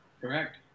Correct